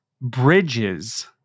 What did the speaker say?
bridges